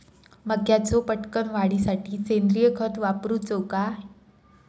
मक्याचो पटकन वाढीसाठी सेंद्रिय खत वापरूचो काय?